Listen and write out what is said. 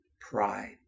pride